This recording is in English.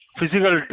physical